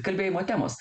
kalbėjimo temos